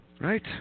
Right